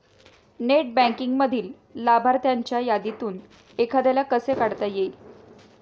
Net बँकिंगमधील लाभार्थ्यांच्या यादीतून एखाद्याला कसे काढता येईल?